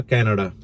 Canada